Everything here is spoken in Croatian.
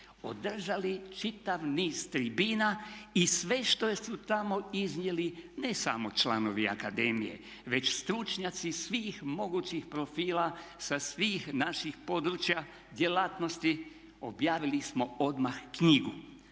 održali čitav niz tribina i sve što su tamo iznijeli ne samo članovi akademije već stručnjaci svih mogućih profila sa svih naših područja djelatnosti objavili smo odmah knjigu.